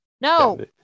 no